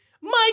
Mike